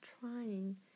trying